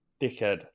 dickhead